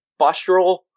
postural